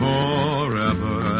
Forever